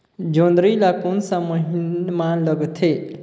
जोंदरी ला कोन सा महीन मां लगथे?